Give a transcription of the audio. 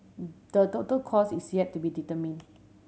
the total cost is yet to be determine